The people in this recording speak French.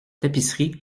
tapisseries